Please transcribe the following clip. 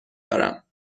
دارم